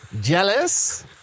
jealous